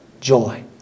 joy